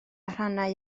rhannau